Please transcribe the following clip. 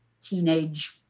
teenage